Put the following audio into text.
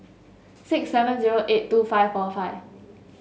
six seven zero eight two five four five